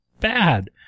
bad